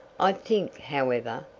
i think, however,